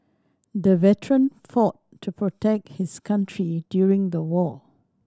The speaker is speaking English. the veteran fought to protect his country during the war